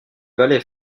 valley